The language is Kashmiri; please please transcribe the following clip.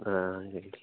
آ گَرِکۍ